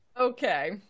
Okay